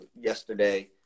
yesterday